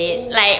oo